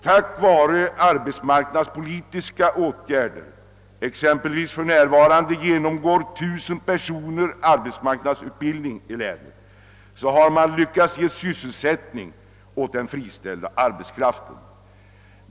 Tack vare arbetsmarknadspolitiska åtgärder — för närvarande genomgår exempelvis 1 000 personer i länet omskolning — har man lyckats bereda sysselsättning åt den friställda arbetskraften.